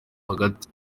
hagati